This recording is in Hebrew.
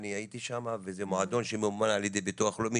אני הייתי שם וזה מועדון שממומן על ידי ביטוח לאומי,